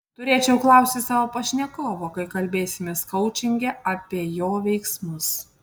turėčiau klausti savo pašnekovo kai kalbėsimės koučinge apie jo veiksmus